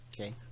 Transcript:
okay